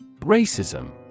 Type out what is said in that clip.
Racism